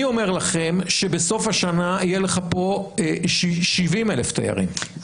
אני אומר לכם שבסוף השנה יהיה לך פה 70,000 תיירים,